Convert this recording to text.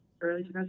early